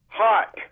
hot